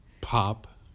Pop